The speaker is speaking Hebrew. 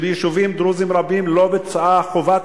שביישובים דרוזיים רבים לא בוצעה חובת